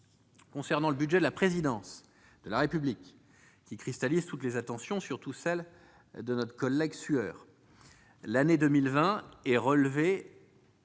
Concernant le budget de la présidence de la République, qui cristallise toutes les attentions, surtout celle de notre collègue M. Sueur, la dotation demandée